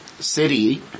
city